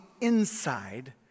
inside